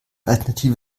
alternative